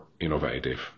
innovative